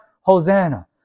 Hosanna